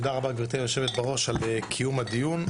גברתי יושבת הראש תודה רבה על קיום הדיון,